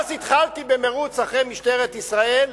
ואז התחלתי במירוץ אחרי משטרת ישראל,